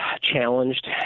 challenged